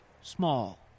small